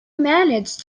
managed